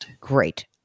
Great